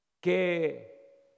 que